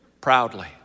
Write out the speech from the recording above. proudly